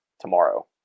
tomorrow